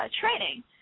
training